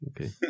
okay